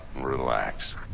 relax